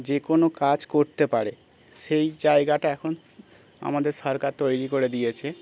যে কোনো কাজ করতে পারে সেই জায়গাটা এখন আমাদের সরকার তৈরি করে দিয়েছে